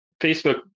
Facebook